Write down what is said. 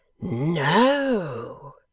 No